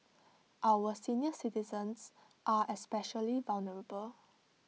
our senior citizens are especially vulnerable